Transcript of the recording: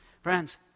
Friends